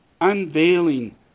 unveiling